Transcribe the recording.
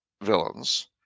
villains